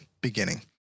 beginning